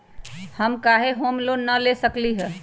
हम काहे home loan न ले सकली ह?